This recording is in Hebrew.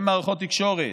למערכות תקשורת,